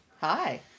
Hi